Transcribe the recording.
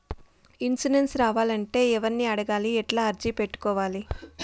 Insurance రావాలంటే ఎవర్ని అడగాలి? ఎట్లా అర్జీ పెట్టుకోవాలి?